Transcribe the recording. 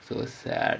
so sad